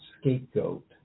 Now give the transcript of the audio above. scapegoat